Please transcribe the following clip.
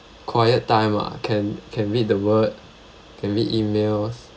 quiet time lah can can read the word can read emails